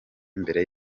mbere